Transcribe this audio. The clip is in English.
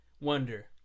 wonder